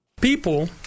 People